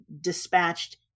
dispatched